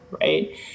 right